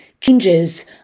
changes